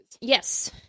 Yes